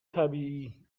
طبیعی